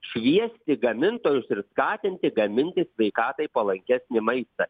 šviesti gamintojus ir skatinti gaminti sveikatai palankesnį maistą